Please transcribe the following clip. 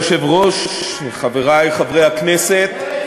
אדוני היושב-ראש, חברי חברי הכנסת,